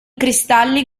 cristalli